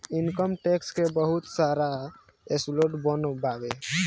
income tax के बहुत सारा स्लैब बनल बावे